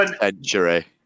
century